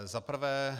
Za prvé.